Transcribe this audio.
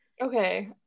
okay